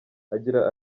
agira